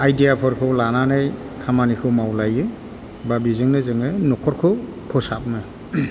आयडियाफोरखौ लानानै खामानिखौ मावलायो एबा बिजोंनो जोङो न'खरखौ फोसाबो